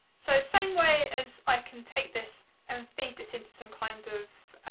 so same way as i can take this and feed this into some kind of,